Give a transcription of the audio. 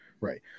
right